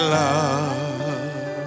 love